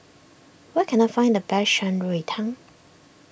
where can I find the best Shan Rui Tang